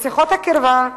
ושיחות הקרבה,